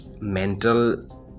mental